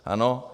Ano?